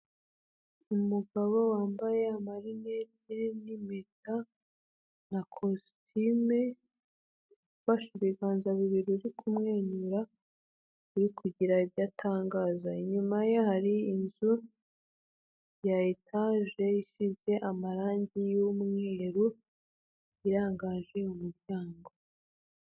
Umugabo wambaye amarineri n'impeta na kositime, ufashe ibiganza bibiri uri kumwenyura uri kugira ibyo atangaza, inyuma ye hari inzu ya etaje isize amarangi y'umweru irangaje umuryango.